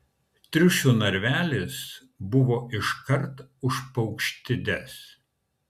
triušių narvelis buvo iškart už paukštides